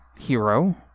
Hero